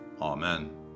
Amen